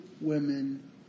women